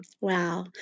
Wow